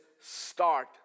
start